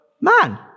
man